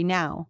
now